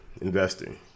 investing